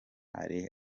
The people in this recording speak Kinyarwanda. ari